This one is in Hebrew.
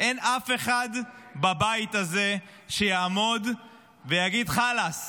אין אף אחד בבית הזה שיעמוד ויגיד: חלאס,